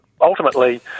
ultimately